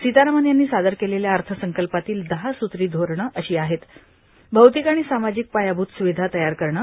सीतारामन् यांनी सादर केलेल्या अर्थसंकल्पातील दहा स्त्री धोरण अशी आहेत भौतिक आणि सामाजिक पायाभुत सुविधा तयार करणं